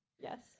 Yes